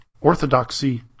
orthodoxy